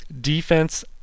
defense